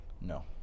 No